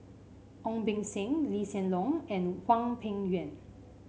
Ong Beng Seng Lee Hsien Loong and Hwang Peng Yuan